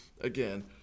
Again